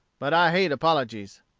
but i hate apologies.